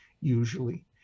usually